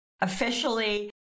officially